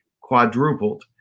quadrupled